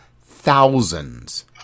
thousands